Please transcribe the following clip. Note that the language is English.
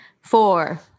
four